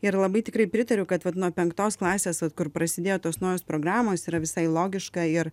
ir labai tikrai pritariu kad vat nuo penktos klasės vat kur prasidėjo tos naujos programos yra visai logiška ir